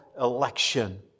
election